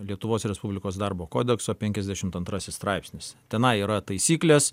lietuvos respublikos darbo kodekso penkiasdešimt antrasis straipsnis tenai yra taisyklės